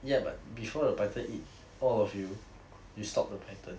ya but before the python eat all of you you stop the python